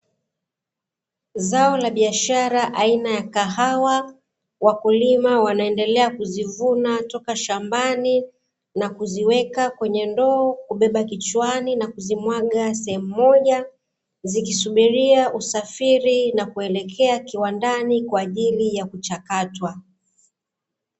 Zao la biashara aina ya kahawa, Wakulima wanaendelea kuzivuna toka shambani nakuziweka kwenye ndoo kuzibeba kichwani na kuzimwaga sehemu moja zikisubiria usafili nakuelekea kiwandani kwaajili ya kuchakatwa.